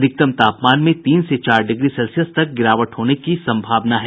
अधिकतम तापमान में तीन से चार डिग्री सेल्सियस तक गिरावट होने की संभावना है